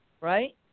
right